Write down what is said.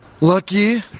Lucky